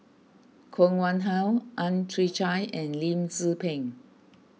Koh Nguang How Ang Chwee Chai and Lim Tze Peng